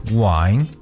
wine